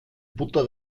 butter